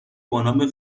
بانام